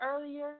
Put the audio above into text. earlier